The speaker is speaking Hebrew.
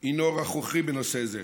הוא רכרוכי בנושא זה.